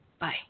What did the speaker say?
Bye